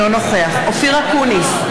אינו נוכח אופיר אקוניס,